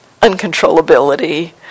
uncontrollability